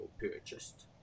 purchased